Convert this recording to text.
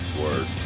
Word